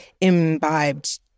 imbibed